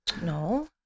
No